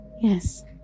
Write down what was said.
Yes